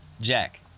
Jack